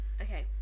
okay